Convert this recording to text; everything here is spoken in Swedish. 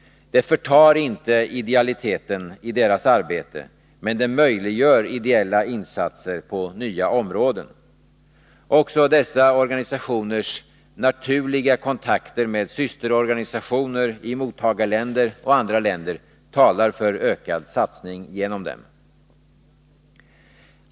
Det förtar inte idealiteten i deras arbete, men det möjliggör ideella insatser på nya områden. Också dessa organisationers naturliga kontakter med systerorganisationer i mottagarländer och andra länder talar för ökad satsning genom dem.